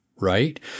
right